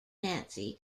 nancy